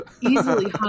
easily